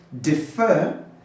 defer